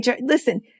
Listen